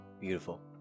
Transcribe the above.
Beautiful